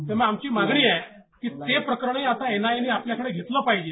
त्यामुळे आमची मागणी आहे की ते प्रकरणही आता एन आय ए नं आपल्याकडे घेतलं पाहिजे